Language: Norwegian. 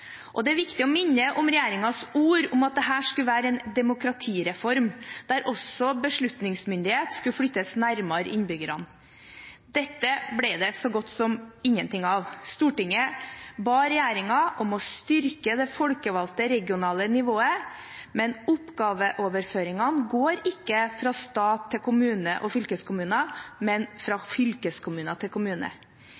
bedre. Det er viktig å minne om regjeringens ord om at dette skulle være en demokratireform der også beslutningsmyndighet skulle flyttes nærmere innbyggerne. Dette ble det så godt som ingenting av. Stortinget ba regjeringen om å styrke det folkevalgte regionale nivået – men oppgaveoverføringene går ikke fra stat til kommuner og fylkeskommuner, men fra